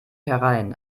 herein